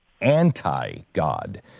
anti-God